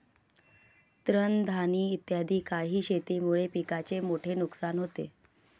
तृणधानी इत्यादी काही शेतीमुळे पिकाचे मोठे नुकसान होते